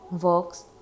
works